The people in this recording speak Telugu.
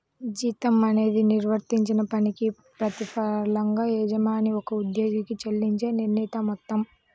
జీతం అనేది నిర్వర్తించిన పనికి ప్రతిఫలంగా యజమాని ఒక ఉద్యోగికి చెల్లించే నిర్ణీత మొత్తం